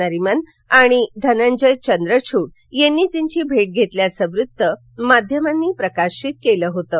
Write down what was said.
नरीमन आणि धनंजय चंद्रचूड यांनी त्यांची भेट घेतल्याचं वृत्त माध्यमांनी प्रकाशित केलं होतं